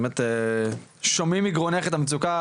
באמת שומעים מגרונך את המצוקה,